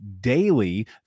daily